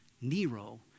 Nero